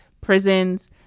prisons